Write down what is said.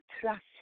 trust